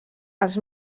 els